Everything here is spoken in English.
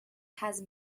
has